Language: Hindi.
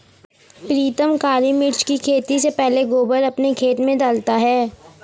प्रीतम काली मिर्च की खेती से पहले गोबर अपने खेत में डालता है